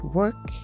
work